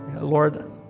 Lord